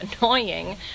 annoying